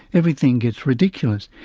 everything gets ridiculous.